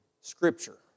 Scripture